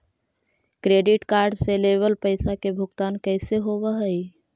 Credit card से लेवल पैसा के भुगतान कैसे होव हइ?